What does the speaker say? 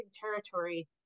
territory